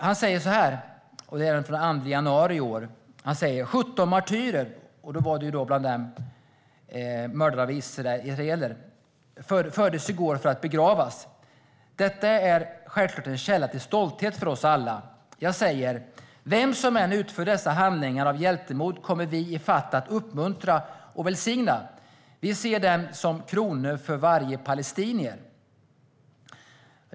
Han sa följande den 2 januari i år: 17 martyrer - bland dem fanns några som mördat israeler - begravdes i går. Detta är självklart en källa till stolthet för oss alla. Jag säger att vem som än utför dessa handlingar av hjältemod kommer vi i Fatah att uppmuntra och välsigna. Vi ser dem som en krona på varje palestiniers huvud.